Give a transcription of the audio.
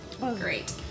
Great